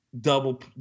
double